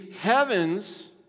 heavens